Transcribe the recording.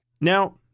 Now